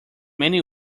many